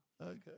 Okay